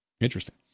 Interesting